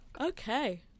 Okay